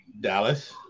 Dallas